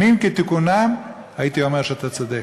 בימים כתיקונם הייתי אומר שאתה צודק,